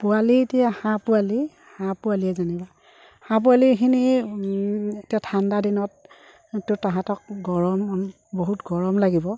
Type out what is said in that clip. পোৱালি এতিয়া হাঁহপোৱালি হাঁহপোৱালিয়ে যেনিবা হাঁহপোৱালিখিনি এতিয়া ঠাণ্ডা দিনতটো তাহাঁতক গৰম বহুত গৰম লাগিব